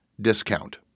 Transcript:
discount